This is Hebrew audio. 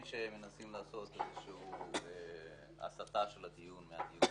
שמנסים לעשות איזשהו הסטה של הדיון מהדיון.